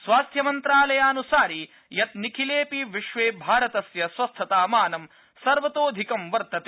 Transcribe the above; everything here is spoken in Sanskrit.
स्वास्थमन्त्रालयानुसारि यत् निखिलेऽपि विश्वे भारतस्य स्वस्थतामानं सर्वतोऽधिकं वर्तते